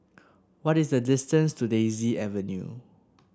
what is the distance to Daisy Avenue